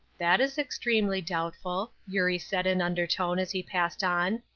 that is extremely doubtful, eurie said, in undertone, as he passed on.